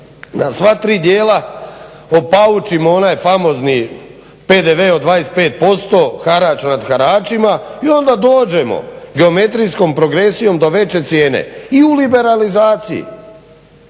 na sva tri dijela opaučimo onaj famozni PDV od 25%, harač nad haračima i onda dođemo geometrijskom progresijom do veće cijene i u liberalizaciji.